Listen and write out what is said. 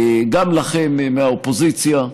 גם לכם מהאופוזיציה,